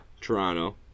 Toronto